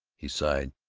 he sighed